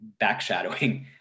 backshadowing